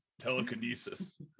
Telekinesis